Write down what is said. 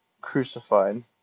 crucified